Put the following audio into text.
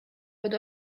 pod